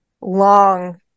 long